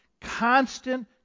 constant